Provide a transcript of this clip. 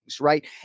Right